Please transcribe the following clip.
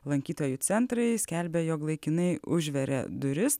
lankytojų centrai skelbia jog laikinai užveria duris